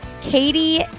Katie